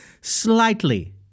slightly